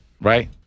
Right